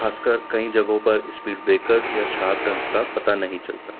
خاص کر کئی جگہوں پر اسپیڈ بریکرس یا شارپ ٹنس کا پتہ نہیں چلتا